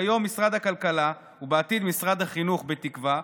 כיום משרד הכלכלה, ובעתיד משרד החינוך, בתקווה,